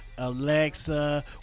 Alexa